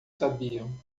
sabiam